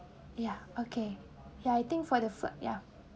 ya okay ya I think for the food ya